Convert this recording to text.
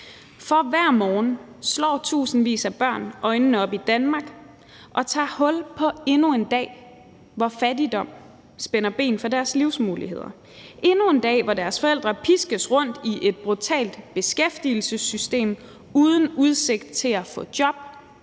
for hver morgen slår tusindvis af børn øjnene op i Danmark og tager hul på endnu en dag, hvor fattigdom spænder ben for deres livsmuligheder, endnu en dag, hvor deres forældre piskes rundt i et brutalt beskæftigelsessystem uden udsigt til at få job